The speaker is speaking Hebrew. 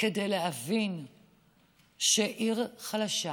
כדי להבין שעיר חלשה